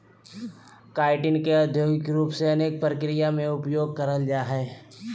chitin का औद्योगिक रूप से अनेक प्रक्रियाओं में उपयोग करल जा हइ